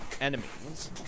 enemies